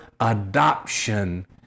adoption